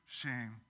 shame